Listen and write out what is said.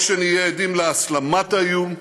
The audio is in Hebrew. או שנהיה עדים להסלמת האיום,